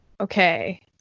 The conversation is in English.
Okay